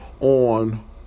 On